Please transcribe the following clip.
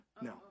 No